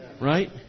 Right